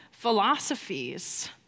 philosophies